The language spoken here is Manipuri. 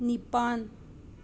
ꯅꯤꯄꯥꯟ